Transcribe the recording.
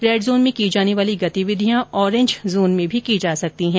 red zone में की जाने वाली गतिविधियां ओरेंज जोन में भी की जा सकती हैं